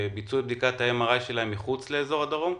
ביצעו את בדיקת ה-MRI שלהם מחוץ לאזור הדרום?